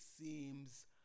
seems